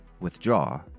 withdraw